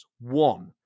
One